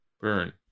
Burn